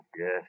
Yes